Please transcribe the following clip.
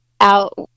out